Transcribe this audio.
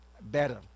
better